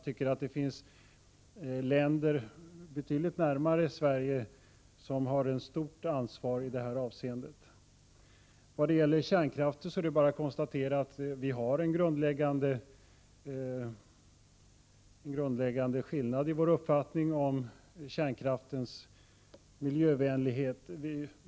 Det finns länder betydligt närmare Sverige som har ett stor ansvar i detta sammanhang. Det är bara att konstatera att det finns en grundläggande skillnad i vår uppfattning om kärnkraftens miljövänlighet.